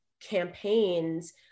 campaigns